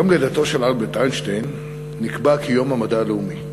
יום לידתו של אלברט איינשטיין נקבע כיום המדע הלאומי.